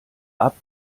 app